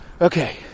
Okay